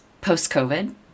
post-COVID